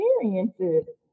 experiences